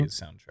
soundtrack